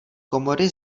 komory